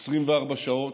24 שעות,